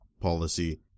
policy